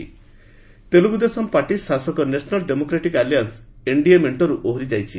TDP NDA Telugudesam party ଶାସକ national democratic alliance NDA ମେଷ୍ଟରୁ ଓହରି ଯାଇଛି